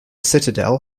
citadel